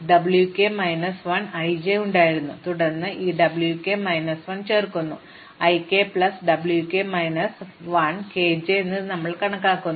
അതിനാൽ മുമ്പ് ഞങ്ങൾക്ക് W k മൈനസ് 1 ij ഉണ്ടായിരുന്നു തുടർന്ന് ഞങ്ങൾ ഈ W k മൈനസ് 1 ചേർക്കുന്നു ik plus W k minus 1 kj ഞങ്ങൾ ഇത് എടുത്തു